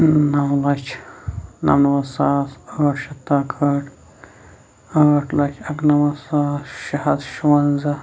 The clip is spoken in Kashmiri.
نَو لَچھ نَمنَمَتھ ساس ٲٹھ شتھ تہٕ اکہ ہٲٹھ ٲٹھ لَچھ اَکنَمَتھ ساس شےٚ ہَتھ شُوَنزاہ